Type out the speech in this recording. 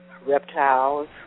reptiles